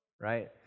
right